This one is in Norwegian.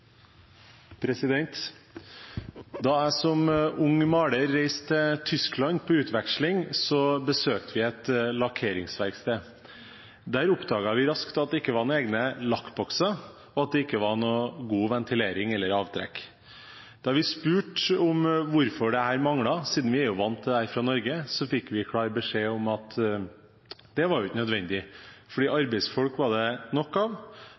Da jeg som ung maler reiste til Tyskland på utveksling, besøkte vi et lakkeringsverksted. Der oppdaget vi raskt at det ikke var egne lakkbokser, og at det ikke var noen god ventilering eller avtrekk. Da vi spurte hvorfor dette manglet – siden vi er vant til dette fra Norge – fikk vi klar beskjed om at det var ikke nødvendig, for arbeidsfolk var det nok av,